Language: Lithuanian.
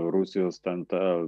rusijos ten ta